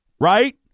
right